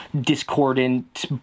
discordant